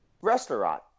restaurant